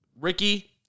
Ricky